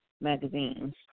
magazines